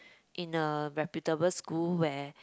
in a reputable school where